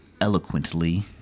eloquently